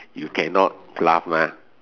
you cannot bluff mah